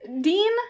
Dean